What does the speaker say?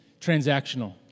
Transactional